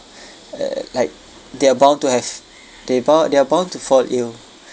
uh like they're bound to have they bound they're bound to fall ill